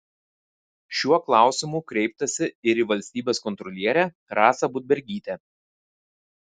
šiuo klausimu kreiptasi ir į valstybės kontrolierę rasą budbergytę